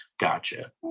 Gotcha